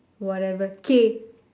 whatever K